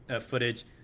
footage